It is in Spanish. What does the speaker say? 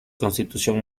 constitución